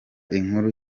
inkuru